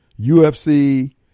UFC